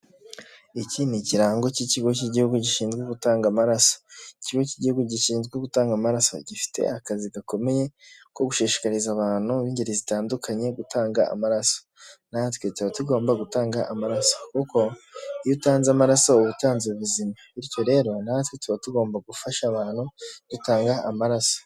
Iki ni ikirango cy’ikigo cy’igihugu gishinzwe gutanga amaraso. Ikigo cy’igihugu gishinzwe gutanga amaraso, gifite akazi gakomeye ko gushishikariza abantu b’ingeri zitandukanye gutanga amaraso. Natwe tuba tugomba gutanga amaraso kuko iyo utanze amaraso, uba utanze ubuzima. Bityo rero, natwe tuba tugomba gufasha abantu dutanga amaraso.